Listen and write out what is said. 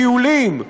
טיולים,